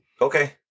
okay